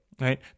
Right